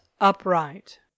upright